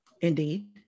Indeed